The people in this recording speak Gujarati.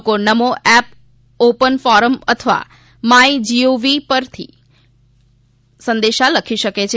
લોકો નમો એપ ઓપન ફોરમ અથવા માઇ જીઓવી પર પણ લખી શકે છે